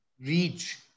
reach